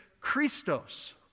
Christos